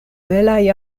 belaj